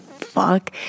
fuck